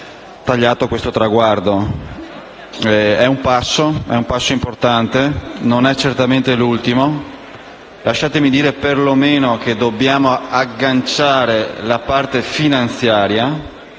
È un passo importante. Non è certamente l'ultimo. Lasciatemi dire perlomeno che dobbiamo agganciare la parte finanziaria.